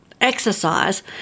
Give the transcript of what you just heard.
Exercise